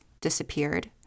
disappeared